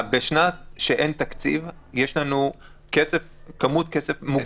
בשנה שאין תקציב יש לנו כמות כסף מוגבלת.